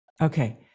Okay